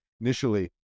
initially